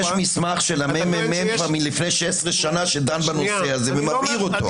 יש מסמך של הממ"מ כבר מלפני 16 שנה שדן בנושא הזה ומבהיר אותו.